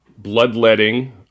bloodletting